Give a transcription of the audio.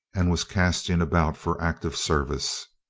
and was casting about for active service.